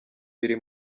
biri